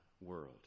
world